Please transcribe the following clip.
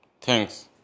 thanks